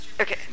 Okay